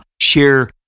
share